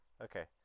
Okay